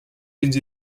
fins